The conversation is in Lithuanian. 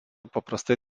paprastai